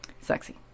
Sexy